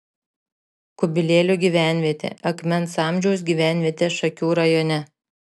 kubilėlių gyvenvietė akmens amžiaus gyvenvietė šakių rajone